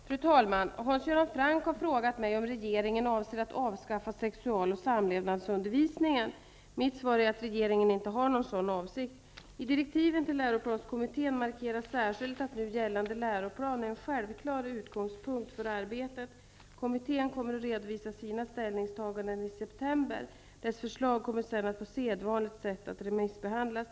Fru talman! Hans Göran Franck har frågat mig om regeringen avser att avskaffa sexual och samlevnadsundervisningen. Mitt svar är att regeringen inte har någon sådan avsikt. I direktiven till läroplanskommittén markeras särskilt att nu gällande läroplan är en självklar utgångspunkt för arbetet. Kommittén kommer att redovisa sina ställningstaganden i september. Dess förslag kommer sedan på sedvanligt sätt att remissbehandlas.